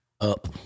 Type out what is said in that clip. up